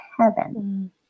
heaven